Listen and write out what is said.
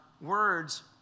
words